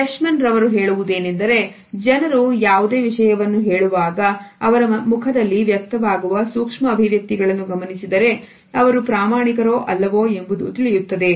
Freshman ರವರು ಹೇಳುವುದೇನೆಂದರೆ ಜನರು ಯಾವುದೇ ವಿಷಯವನ್ನು ಹೇಳುವಾಗ ಅವರ ಮುಖದಲ್ಲಿ ವ್ಯಕ್ತವಾಗುವ ಸೂಕ್ಷ್ಮ ಅಭಿವ್ಯಕ್ತಿಗಳನ್ನು ಗಮನಿಸಿದರೆ ಅವರು ಪ್ರಾಮಾಣಿಕರು ಅಲ್ಲವೋ ಎಂಬುದು ತಿಳಿಯುತ್ತದೆ